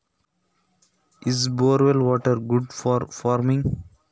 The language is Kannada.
ಬೇಸಾಯ ಮಾಡ್ಲಿಕ್ಕೆ ಬೋರ್ ವೆಲ್ ನೀರು ಒಳ್ಳೆಯದಾ?